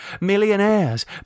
millionaires